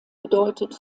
bedeutet